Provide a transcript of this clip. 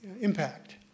impact